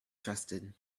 trusted